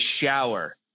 shower